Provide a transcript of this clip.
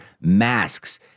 masks